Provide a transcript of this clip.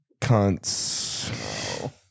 cunts